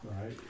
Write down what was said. right